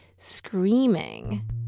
Screaming